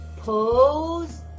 Pose